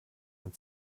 ein